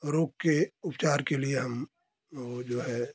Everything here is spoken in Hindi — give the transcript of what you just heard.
रोग के उपचार के लिए हम वो जो है